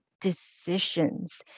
Decisions